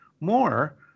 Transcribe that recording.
more